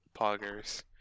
poggers